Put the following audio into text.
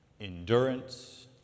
Endurance